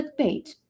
clickbait